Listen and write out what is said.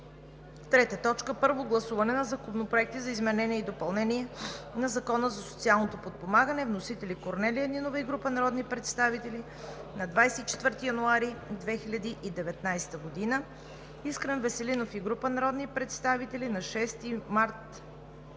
2019 г. 3. Първо гласуване на законопроекти за изменение и допълнение на Закона за социално подпомагане. Вносители са Корнелия Нинова и група народни представители на 24 януари 2019 г.; Искрен Веселинов и група народни представители на 6 март